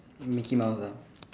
micky mouse ah